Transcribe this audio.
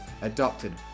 adopted